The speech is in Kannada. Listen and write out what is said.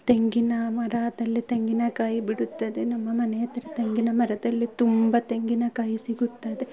ತೆಂಗಿನ ಮರದಲ್ಲಿ ತೆಂಗಿನಕಾಯಿ ಬಿಡುತ್ತದೆ ನಮ್ಮ ಮನೆ ಹತ್ತಿರ ತೆಂಗಿನ ಮರದಲ್ಲಿ ತುಂಬ ತೆಂಗಿನಕಾಯಿ ಸಿಗುತ್ತದೆ